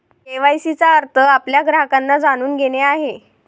KYC चा अर्थ आपल्या ग्राहकांना जाणून घेणे आहे